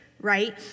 right